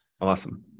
Awesome